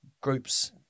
groups